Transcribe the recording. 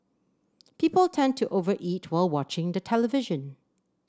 people tend to over eat while watching the television